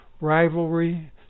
rivalry